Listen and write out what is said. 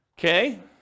Okay